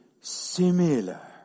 similar